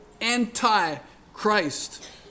anti-Christ